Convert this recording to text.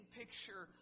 picture